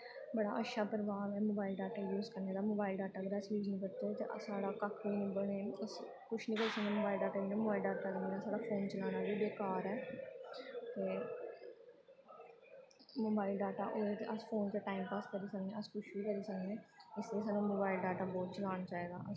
बड़ा अच्छा प्रभाव ऐ मोबाइल डाटा यूज़ करने दा मोबाइल डाटा अगर अस यूज़ निं करचै ते साढ़ा कक्ख बी निं बने अस कुछ निं करी सकने मोबाइल डाटा इ'यां मोबाइल डाटा दे बिना साढ़ा फोन चलाना बी बेकार ऐ ते मोबाइल डाटा होऐ ते अस फोन च टाइम पास करी सकने अस कुछ बी करी सकने इसलेई सानूं मोबाइल डाटा बौह्त चलाना चाहिदा